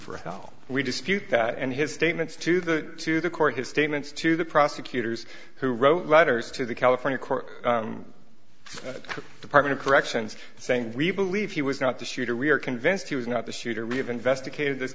that and his statements to the to the court his statements to the prosecutors who wrote letters to the california court department of corrections saying we believe he was not the shooter we are convinced he was not the shooter we have investigated th